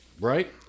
Right